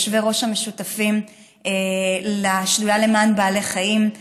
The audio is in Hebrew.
יושבי-הראש השותפים לשדולה למען בעלי החיים,